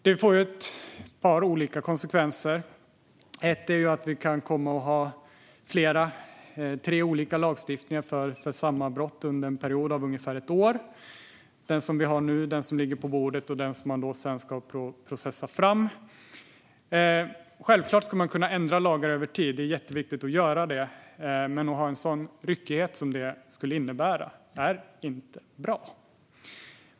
Detta kan få ett par olika konsekvenser. En är att under en period av ungefär ett år kan det finnas tre olika lagstiftningar för samma brott. Den som finns nu, den som ligger på bordet och den som sedan ska processas fram. Självklart ska lagar kunna ändras över tid, och det är jätteviktigt att kunna göra det. Men att ha en sådan ryckighet är inte bra.